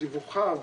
דיווחיו